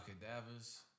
cadavers